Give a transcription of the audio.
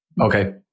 Okay